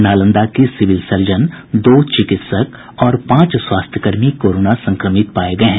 नालंदा के civil surgeon दो चिकित्सक और पांच स्वास्थ्य कर्मी कोरोना संक्रमित पाये गये हैं